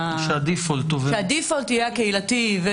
הציע שהדיפולט יהיה הקהילתי.